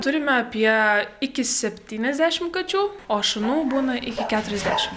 turime apie iki septyniasdešim kačių o šunų būna iki keturiasdešim